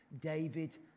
David